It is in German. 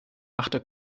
machte